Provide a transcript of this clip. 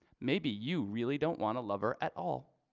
maybe you really don't want to love her at all.